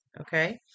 Okay